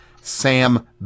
Sam